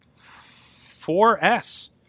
4S